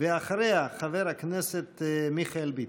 אחריה, חבר הכנסת מיכאל ביטון.